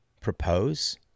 propose